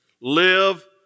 live